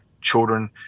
children